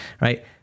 right